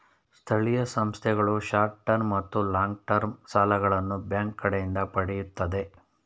ಸ್ಥಳೀಯ ಸಂಸ್ಥೆಗಳು short term ಮತ್ತು ಲಾಂಗ್ ಟರ್ಮ್ ಸಾಲಗಳನ್ನು ಬ್ಯಾಂಕ್ ಕಡೆಯಿಂದ ಪಡೆಯುತ್ತದೆ